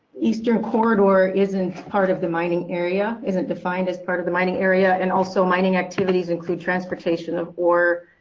eastern corridor isn't part of the mining area, isn't defined as part of the mining area and also mining activities include transportation of ore,